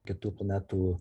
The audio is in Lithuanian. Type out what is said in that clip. kitų planetų